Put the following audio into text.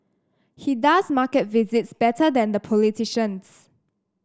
he does market visits better than the politicians